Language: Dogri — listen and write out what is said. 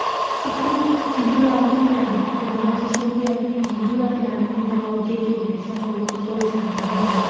अपनी जिंदू दा आपूं ध्यान रक्खो ना ते जिस बंदे गी अपनी जिंदू दा ध्यान निं ऐ ओह् अग्गै केह् करी सकदा ते तुस ओह्बी सनाओ हां